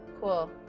cool